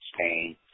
Spain